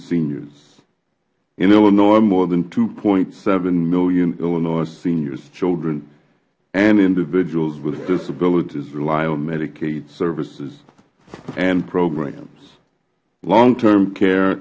seniors in illinois more than two point seven million illinois seniors children and individuals with disabilities rely on medicaid services and programs long term care